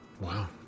wow